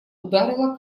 ударила